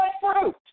fruit